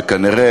שכנראה,